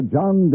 John